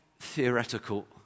theoretical